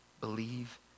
believe